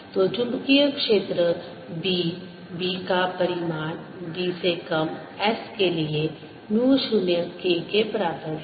तो चुंबकीय क्षेत्र B B का परिमाण B से कम S के लिए म्यू 0 K के बराबर है